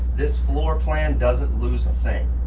this floor plan doesn't lose a thing.